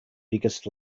biggest